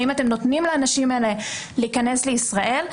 האם אתם נותנים לאנשים האלה להיכנס לישראל?